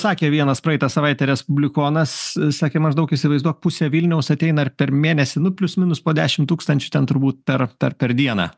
sakė vienas praeitą savaitę respublikonas sakė maždaug įsivaizduok pusę vilniaus ateina ir per mėnesį nu plius minus po dešim tūkstančių ten turbūt per per per dieną